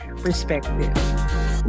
perspective